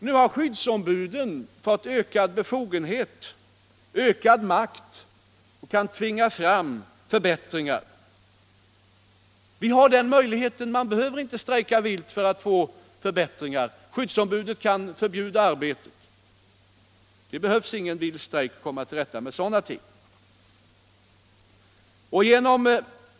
Nu har skyddsombuden fått ökad befogenhet, ökad makt, och kan tvinga fram förbättringar. Man behöver inte gå till vild strejk för att få förbättringar, skyddsombudet kan förbjuda arbetet.